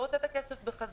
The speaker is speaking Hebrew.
הוא רוצה את הכסף בחזרה.